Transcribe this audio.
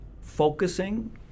focusing